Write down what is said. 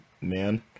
man